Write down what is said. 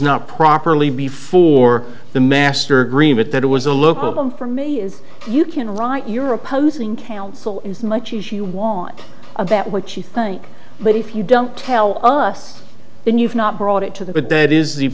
not properly before the master agreement that it was a look at them for me is you can write your opposing counsel as much as you want of that what you think but if you don't tell us then you've not brought it to the but that is the